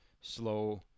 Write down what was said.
slow